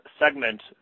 segment